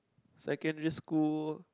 secondary school